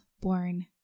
born